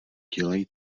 dělají